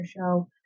show